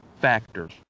factors